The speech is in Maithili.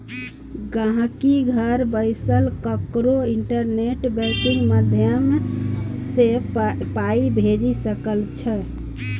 गांहिकी घर बैसल ककरो इंटरनेट बैंकिंग माध्यमसँ पाइ भेजि सकै छै